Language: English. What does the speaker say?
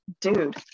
dude